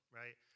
right